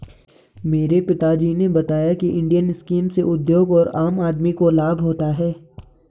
मेरे पिता जी ने बताया की इंडियन स्कीम से उद्योग और आम आदमी को लाभ होता है